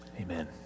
Amen